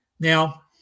Now